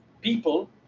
people